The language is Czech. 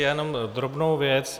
Já jenom drobnou věc.